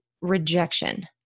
rejection